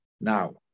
Now